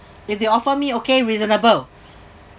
if they offer me okay reasonable